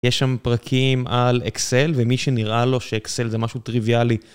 יש שם פרקים על אקסל ומי שנראה לו שאקסל זה משהו טריוויאלי